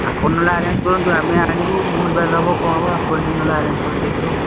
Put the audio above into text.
ଆପଣ ନହେଲେ ଆରେଞ୍ଜ୍ କରନ୍ତୁ ଆମେ ଆଣିବୁ ଭୁଲଭାଲ୍ ହେବ କ'ଣ ହେବ ଆପଣ ଟିକେ ନହେଲେ ଆରେଞ୍ଜ୍ କରିଦିଅନ୍ତୁ ଆଉ